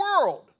world